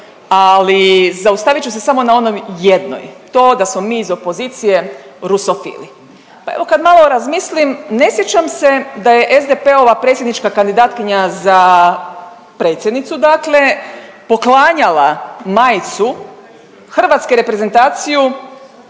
ali zaustavit ću se samo na onoj jednoj, to da smo mi iz opozicije rusofili. Pa evo kad malo razmislim, ne sjećam se da je SDP-ova predsjednička kandidatkinja za predsjednicu dakle poklanjala majicu hrvatske reprezentacije